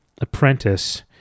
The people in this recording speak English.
apprentice